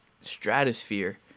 stratosphere